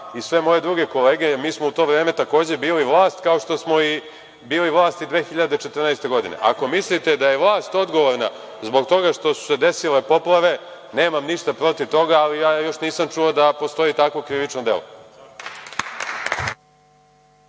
i sve moje druge kolege, jer mi smo u to vreme takođe bili vlast, kao što smo bili vlast i 2014. godine. Ako mislite da je vlast odgovorna zbog toga što su se desile poplave, nemam ništa protiv toga, ali ja još nisam čuo da postoji takvo krivično delo.